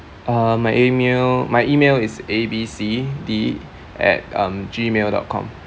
uh my email my email is A B C D at um gmail dot com